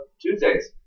Tuesdays